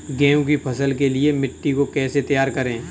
गेहूँ की फसल के लिए मिट्टी को कैसे तैयार करें?